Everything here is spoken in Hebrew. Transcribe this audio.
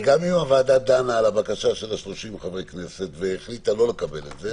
גם אם הוועדה דנה על הבקשה של 30 חברי הכנסת והחליטה לא לקבל את זה,